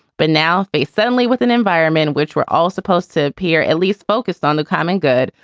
but now, if a family with an environment which we're all supposed to appear at least focused on the common good,